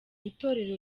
itorero